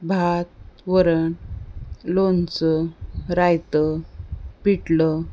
भात वरण लोणचं रायतं पिठलं